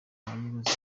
bazenguruka